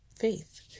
faith